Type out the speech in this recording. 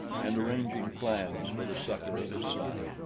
and arranging plans for the succor of his son.